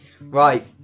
Right